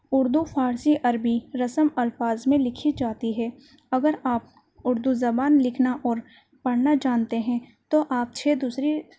اردو فارسی عربی رسم الفاظ میں لکھی جاتی ہے اگر آپ اردو زبان لکھنا اور پڑھنا جانتے ہیں تو آپ چھ دوسری